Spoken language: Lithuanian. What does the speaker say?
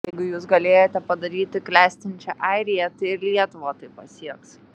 jeigu jūs galėjote padaryti klestinčią airiją tai ir lietuva tai pasieks